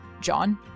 John